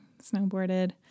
snowboarded